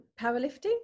powerlifting